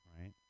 right